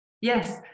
Yes